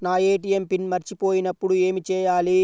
నా ATM PIN మర్చిపోయినప్పుడు ఏమి చేయాలి?